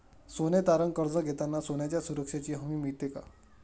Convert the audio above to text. सोने तारण कर्ज घेताना सोन्याच्या सुरक्षेची हमी मिळते का?